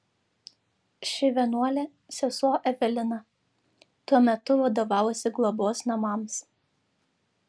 ši vienuolė sesuo evelina tuo metu vadovavusi globos namams